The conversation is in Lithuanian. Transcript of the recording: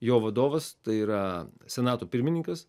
jo vadovas tai yra senato pirmininkas